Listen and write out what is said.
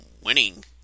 winning